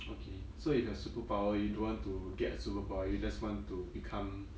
okay so if you have superpower you don't want to get a superpower you just want to become